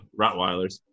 Rottweilers